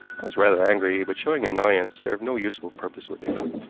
i was rather angry, but showing annoyance served no useful purpose with him.